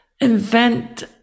invent